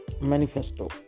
manifesto